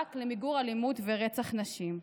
במאבק למיגור אלימות ורצח נשים.